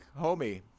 homie